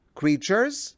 creatures